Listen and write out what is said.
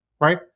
right